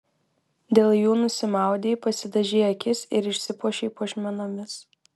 dėl jų nusimaudei pasidažei akis ir išsipuošei puošmenomis